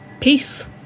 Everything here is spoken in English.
Peace